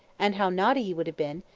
and how naughty he would have been,